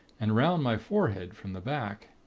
and round my forehead from the back.